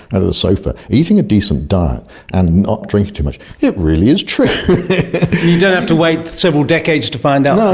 and of the sofa, eating a decent diet and not drinking too much, it really is true. and you don't have to wait several decades to find out.